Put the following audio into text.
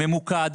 ממוקד,